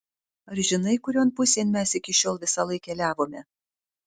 ar žinai kurion pusėn mes iki šiol visąlaik keliavome